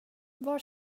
var